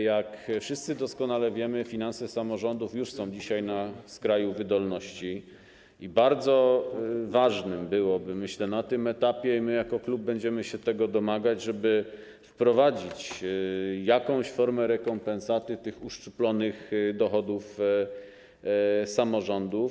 Jak wszyscy doskonale wiemy, finanse samorządów są już dzisiaj na skraju wydolności i bardzo ważne byłoby, myślę, na tym etapie - i my jako klub będziemy tego się domagać - żeby wprowadzić jakąś formę rekompensaty tych uszczuplonych dochodów samorządów.